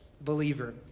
believer